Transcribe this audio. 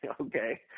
okay